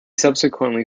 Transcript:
subsequently